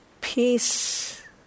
peace